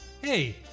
hey